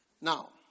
Now